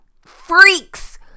freaks